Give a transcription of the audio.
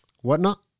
whatnot